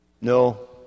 No